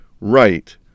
Right